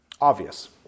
obvious